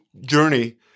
journey